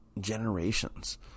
generations